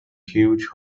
huge